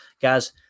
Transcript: Guys